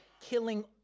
killing